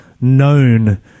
known